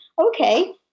okay